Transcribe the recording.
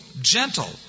gentle